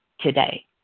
today